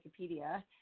Wikipedia